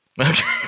Okay